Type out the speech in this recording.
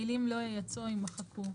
המילים "לא ייצאו" ימחקו.